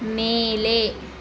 ಮೇಲೆ